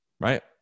right